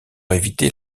éviter